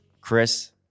chris